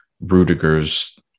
Rudiger's